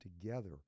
together